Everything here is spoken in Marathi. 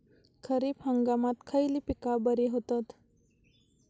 खरीप हंगामात खयली पीका बरी होतत?